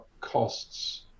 costs